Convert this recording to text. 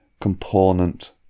component